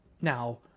Now